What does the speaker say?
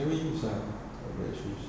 never use lah that shoes